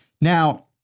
Now